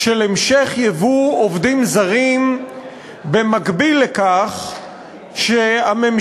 של המשך ייבוא עובדים זרים במקביל לכך שהממשלה